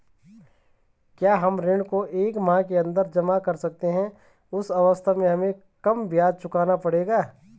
क्या हम ऋण को एक माह के अन्दर जमा कर सकते हैं उस अवस्था में हमें कम ब्याज चुकाना पड़ेगा?